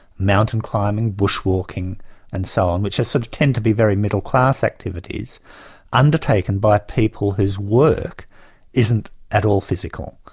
mountain climbing, bushwalking and so on, which sort of tend to be very middle-class middle-class activities undertaken by people whose work isn't at all physical,